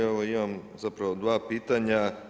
Evo imam zapravo dva pitanja.